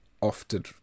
often